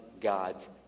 God's